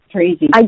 Crazy